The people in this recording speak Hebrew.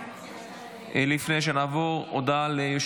אני קובע כי הצעת חוק המאבק בטרור (תיקון מס'